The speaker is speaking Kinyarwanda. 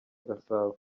gasabo